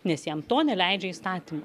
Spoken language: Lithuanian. nes jam to neleidžia įstatymai